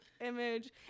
image